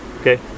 okay